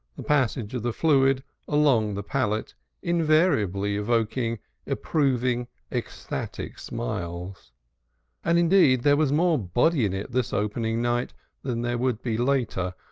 the passage of the fluid along the palate invariably evoking approving ecstatic smiles and indeed, there was more body in it this opening night than there would be later,